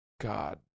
God